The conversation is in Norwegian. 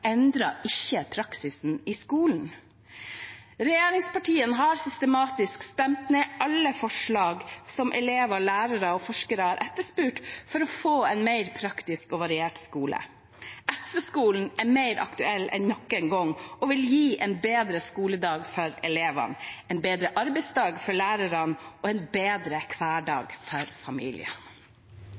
endrer ikke praksisen i skolen. Regjeringspartiene har systematisk stemt ned alle forslag som elever, lærere og forskere har etterspurt for å få en mer praktisk og variert skole. SV-skolen er mer aktuell enn noen gang og vil gi en bedre skoledag for elevene, en bedre arbeidsdag for lærerne og en bedre hverdag for familier.